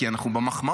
כי אנחנו במחמאות,